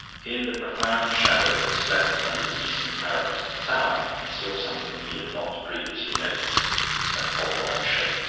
in the profound shadow that slept under the eastern parapet of the tower, he saw something he had not previously noticed an oblong shape.